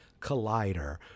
Collider